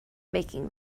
making